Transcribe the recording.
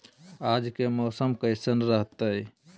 आज के मौसम कैसन रहताई?